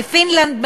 בפינלנד,